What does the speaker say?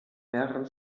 mehrere